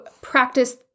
practice